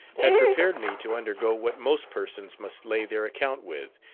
had prepared me to undergo what most persons must lay their account with,